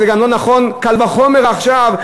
וקל וחומר זה לא נכון עכשיו,